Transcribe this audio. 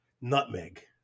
nutmeg